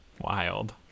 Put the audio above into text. Wild